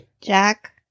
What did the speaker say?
Jack